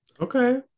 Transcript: okay